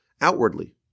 outwardly